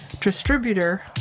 distributor